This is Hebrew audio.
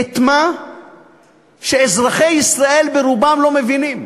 את מה שאזרחי ישראל ברובם לא מבינים,